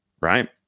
Right